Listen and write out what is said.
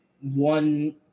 one